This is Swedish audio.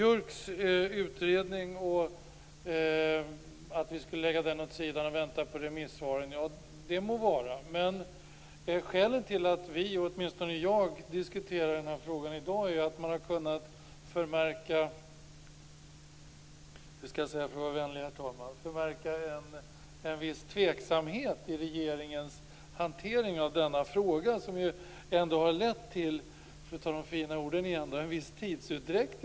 Det må vara att vi skall lägga Björks utredning åt sidan och vänta på remissvaren. Men skälet till att åtminstone jag diskuterar frågan i dag är att man har kunnat förmärka - hur skall jag säga för att vara vänlig, herr talman? - en viss tveksamhet i regeringens hantering av denna fråga. För att använda ett fint ord kan jag säga att det lett till en viss tidsutdräkt.